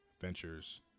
ventures